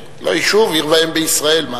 לא יישוב, עיר ואם בישראל.